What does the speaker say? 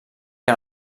que